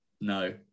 No